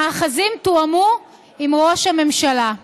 המאחזים תואמו עם ראש הממשלה.